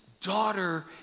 Daughter